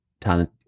talent